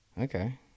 Okay